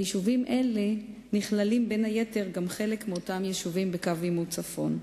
ביישובים אלה נכללים בין היתר גם חלק מאותם יישובים בקו עימות צפון.